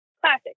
Classic